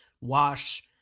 Wash